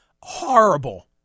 horrible